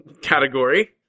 category